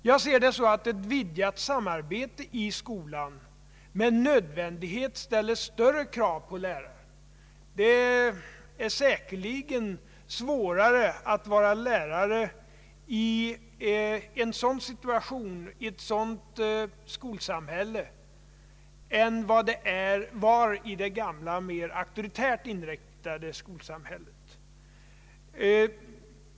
Jag ser det så att ett vidgat samarbete i skolan med nödvändighet ställer större krav på läraren. Det är säkerligen svårare att vara lärare i ett sådant skolsamhälle än vad det var i det gamla, mer auktoritärt inriktade skolsamhället.